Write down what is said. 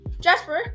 Jasper